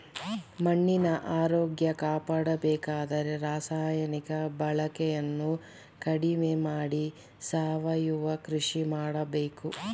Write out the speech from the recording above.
ಮಣ್ಣಿನ ಆರೋಗ್ಯ ಕಾಪಾಡಬೇಕಾದರೆ ರಾಸಾಯನಿಕ ಬಳಕೆಯನ್ನು ಕಡಿಮೆ ಮಾಡಿ ಸಾವಯವ ಕೃಷಿ ಮಾಡಬೇಕು